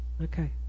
Okay